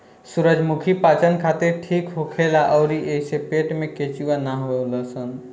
सूरजमुखी पाचन खातिर ठीक होखेला अउरी एइसे पेट में केचुआ ना होलन सन